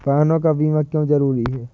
वाहनों का बीमा क्यो जरूरी है?